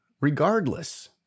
regardless